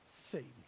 Satan